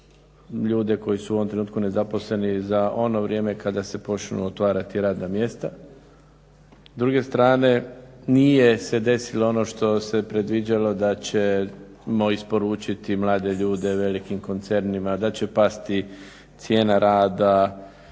ljude koji su u ovom trenutku nezaposleni za ono vrijeme kada se počnu otvarati radna mjesta. S druge strane, nije se desilo ono što se predviđalo da ćemo isporučiti mlade ljude velikim koncernima, da će pasti cijena rada,